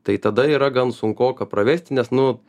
tai tada yra gan sunkoka pravesti nes nu